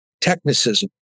technicism